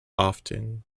often